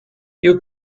you